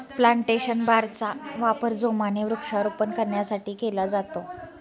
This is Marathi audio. प्लांटेशन बारचा वापर जोमाने वृक्षारोपण करण्यासाठी केला जातो